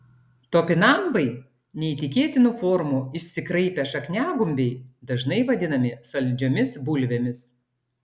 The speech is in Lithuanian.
topinambai neįtikėtinų formų išsikraipę šakniagumbiai dažnai vadinami saldžiomis bulvėmis